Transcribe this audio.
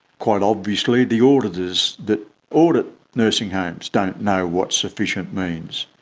quite obviously the auditors that audit nursing homes don't know what sufficient means,